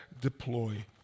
deploy